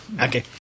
okay